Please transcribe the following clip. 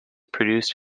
produced